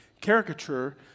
caricature